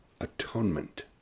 atonement